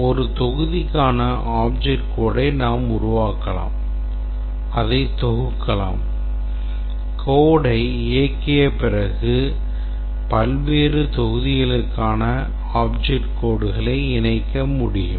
ஒரு தொகுதிக்கான object code ஐ நாம் உருவாக்கலாம் அதை தொகுக்கலாம் code ஐ இயக்கிய பிறகு பல்வேறு தொகுதிகளுக்கான object codeகளை இணைக்க முடியும்